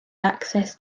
access